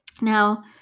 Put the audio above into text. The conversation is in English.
Now